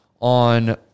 on –